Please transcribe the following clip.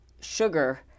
sugar